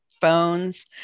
phones